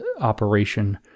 operation